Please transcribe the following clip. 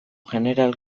jeneral